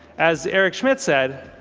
as eric schmidt said,